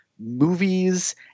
movies